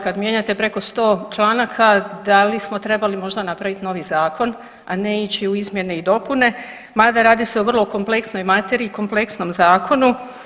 Kad mijenjate preko 100 članaka da li smo trebali možda napraviti novi zakon, a ne ići u izmjene i dopune, mada radi se o vrlo kompleksnoj materiji, kompleksnom zakonu.